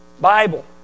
Bible